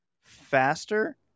faster